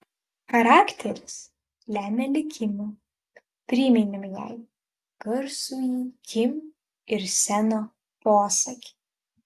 charakteris lemia likimą priminėm jai garsųjį kim ir seno posakį